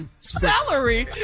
Celery